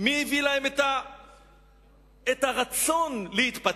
מי הביא להם את הרצון להתפתח?